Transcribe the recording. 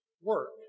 work